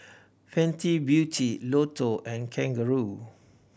Fenty Beauty Lotto and Kangaroo